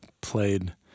played